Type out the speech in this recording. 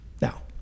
Now